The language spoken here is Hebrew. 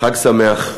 חג שמח.